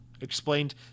explained